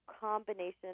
combination